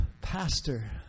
pastor